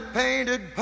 painted